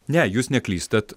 ne jūs neklystat